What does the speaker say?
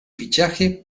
fichaje